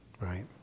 Right